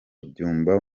byumba